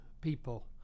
people